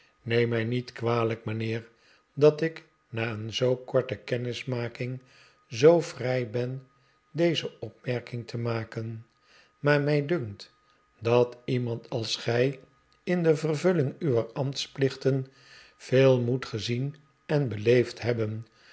neem mij niet kwalijk mijnheer dat ik na een zoo korte kennismaking zoo vrij ben deze opmerking te maken maar mij dunkt dat iemand als gij in de vervulling uwer ambtsplichten veel moet gezien en beleefd hebben